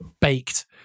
baked